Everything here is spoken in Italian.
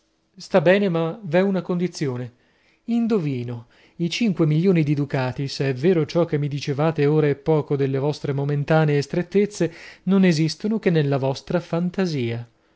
sta bene ma v'è una condizione indovino i cinque milioni di ducati se è vero ciò che mi dicevate ora è poco delle vostre momentanee strettezze non esistono che nella vostra fantasia